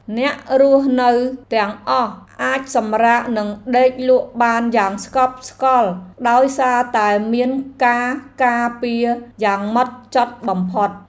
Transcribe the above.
អ្នករស់នៅទាំងអស់អាចសម្រាកនិងដេកលក់បានយ៉ាងស្កប់ស្កល់ដោយសារតែមានការការពារយ៉ាងម៉ត់ចត់បំផុត។